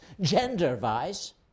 gender-wise